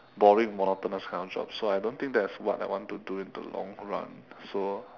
boring monotonous kind of job so I don't think that's what I want to do in the long run so